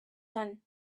son